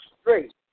straight